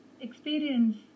experience